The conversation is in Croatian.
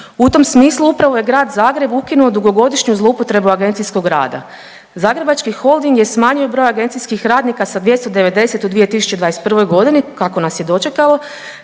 U tom smislu upravo je Grad Zagreb ukinuo dugogodišnju zloupotrebu agencijskog rada. Zagrebački holding je smanjio broj agencijskih radnika sa 290 u 2021. godini kako nas je dočekalo